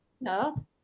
No